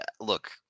Look